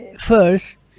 first